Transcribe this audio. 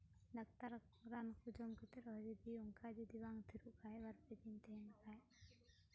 doctor ᱨᱟᱱ ᱠᱚ ᱡᱚᱢ ᱠᱟᱛᱮᱫ ᱫᱚ ᱡᱩᱫᱤ ᱚᱱᱠᱟ ᱡᱩᱫᱤ ᱵᱟᱝ ᱛᱷᱤᱨᱚᱜ ᱠᱷᱟᱱ ᱵᱟᱨ ᱯᱮ ᱫᱤᱱ ᱛᱟᱦᱮᱱ ᱠᱷᱟᱱ